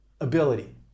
ability